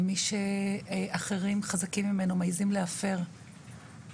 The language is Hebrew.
למי שאחרים חזקים ממנו מעזים להפר את